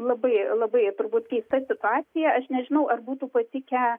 labai labai turbūt keista situacija aš nežinau ar būtų patikę